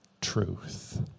Truth